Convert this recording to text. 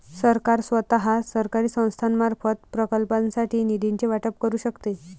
सरकार स्वतः, सरकारी संस्थांमार्फत, प्रकल्पांसाठी निधीचे वाटप करू शकते